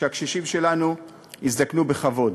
שהקשישים שלנו יזדקנו בכבוד,